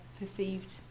perceived